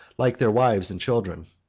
like their wives and children.